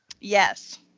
Yes